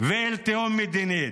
ואל תהום מדינית.